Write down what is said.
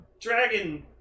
dragon